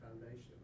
Foundation